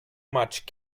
much